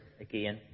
again